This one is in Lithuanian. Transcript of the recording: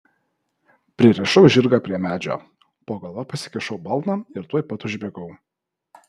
pririšau žirgą prie medžio po galva pasikišau balną ir tuoj pat užmigau